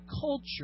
culture